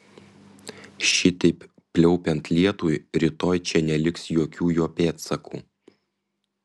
šitaip pliaupiant lietui rytoj čia neliks jokių jo pėdsakų